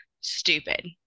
stupid